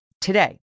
today